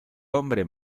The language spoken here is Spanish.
hombre